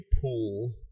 pool